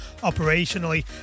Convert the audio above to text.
operationally